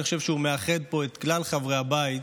אני חושב שהוא מאחד פה את כלל חברי הבית,